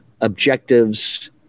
objectives